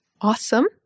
Awesome